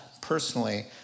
personally